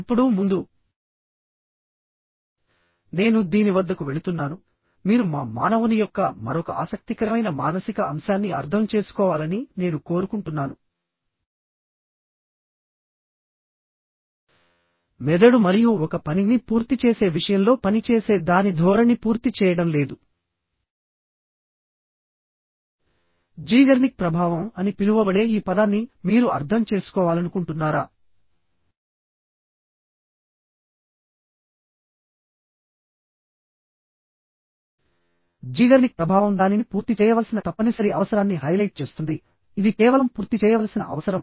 ఇప్పుడు ముందు నేను దీని వద్దకు వెళుతున్నాను మీరు మా మానవుని యొక్క మరొక ఆసక్తికరమైన మానసిక అంశాన్ని అర్థం చేసుకోవాలని నేను కోరుకుంటున్నాను మెదడు మరియు ఒక పనిని పూర్తి చేసే విషయంలో పని చేసే దాని ధోరణి పూర్తి చేయడం లేదు జీగర్నిక్ ప్రభావం అని పిలువబడే ఈ పదాన్ని మీరు అర్థం చేసుకోవాలనుకుంటున్నారా జీగర్నిక్ ప్రభావం దానిని పూర్తి చేయవలసిన తప్పనిసరి అవసరాన్ని హైలైట్ చేస్తుంది ఇది కేవలం పూర్తి చేయవలసిన అవసరం